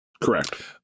Correct